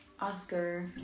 oscar